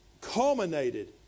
culminated